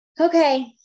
okay